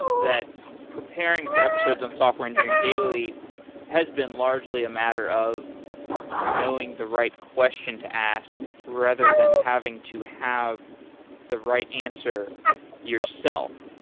that preparing for episodes and software engineering daily has been largely a matter of knowing the right question to ask rather than having to have the right answer yourself.